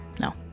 No